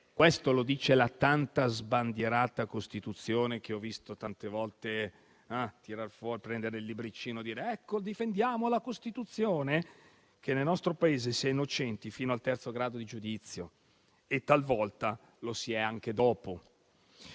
questo lo dice la tanto sbandierata Costituzione, che ho visto molte volte tirar fuori, prendendo il libricino e dicendo "ecco, difendiamo la Costituzione" - si è innocenti fino al terzo grado di giudizio. E talvolta lo si è anche dopo.